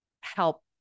help